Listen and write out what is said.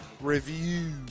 review